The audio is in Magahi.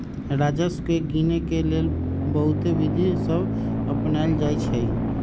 राजस्व के गिनेके लेल बहुते विधि सभ अपनाएल जाइ छइ